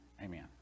Amen